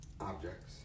objects